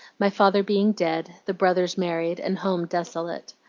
my father being dead, the brothers married, and home desolate.